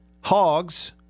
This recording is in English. Hogs